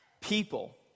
people